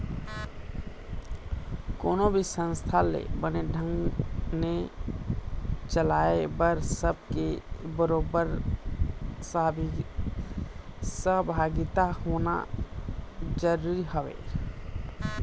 कोनो भी संस्था ल बने ढंग ने चलाय बर सब के बरोबर सहभागिता होना जरुरी हवय